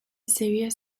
series